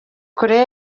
koreya